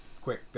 quick